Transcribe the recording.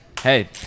Hey